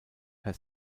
per